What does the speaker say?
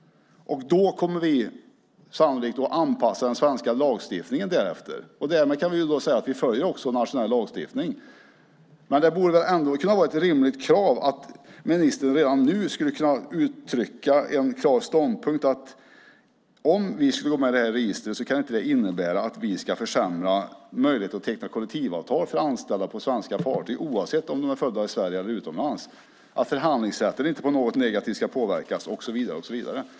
Vi kommer alltså sannolikt att anpassa den svenska lagstiftningen därefter. Då kan man säga att vi fortfarande följer svensk lagstiftning. Nog är det ett rimligt krav att ministern redan nu skulle kunna uttrycka en klar ståndpunkt: Om vi ska gå med i registret kan det inte innebära att vi ska försämra möjligheten att teckna kollektivavtal för anställda på svenska fartyg, oavsett om de är födda i Sverige eller utomlands, förhandlingsrätten ska inte påverkas och så vidare.